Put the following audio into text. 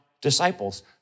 disciples